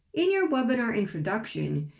in your webinar introduction,